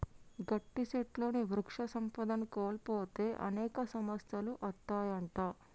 గట్టి సెట్లుని వృక్ష సంపదను కోల్పోతే అనేక సమస్యలు అత్తాయంట